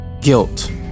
guilt